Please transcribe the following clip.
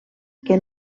que